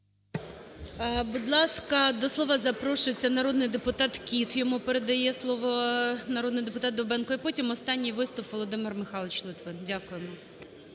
Будь ласка, до слова запрошується народний депутат Кіт. Йому передає слово народний депутат Довбенко. І потім останній виступ – Володимир Михайлович Литвин. Дякуємо.